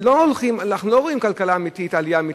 אנחנו לא רואים כלכלה אמיתית, עלייה אמיתית.